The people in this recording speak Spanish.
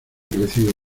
crecido